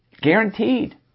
Guaranteed